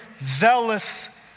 zealous